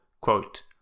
quote